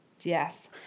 Yes